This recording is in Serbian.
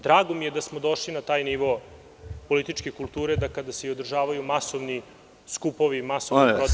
Drago mi je da smo došli na taj nivo političke kulture da kada se održavaju masovni skupovi, masovni protesti…